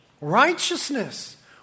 Righteousness